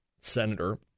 senator